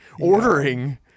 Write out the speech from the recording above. ordering